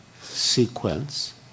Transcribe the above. sequence